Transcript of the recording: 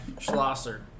Schlosser